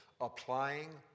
applying